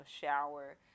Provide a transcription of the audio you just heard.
shower